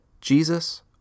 Jesus